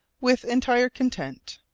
with entire content.